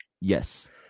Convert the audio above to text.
yes